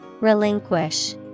Relinquish